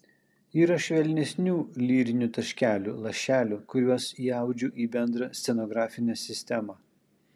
yra švelnesnių lyrinių taškelių lašelių kuriuos įaudžiu į bendrą scenografinę sistemą